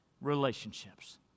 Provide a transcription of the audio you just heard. relationships